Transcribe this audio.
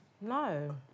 No